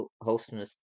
hosting